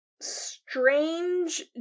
strange